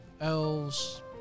elves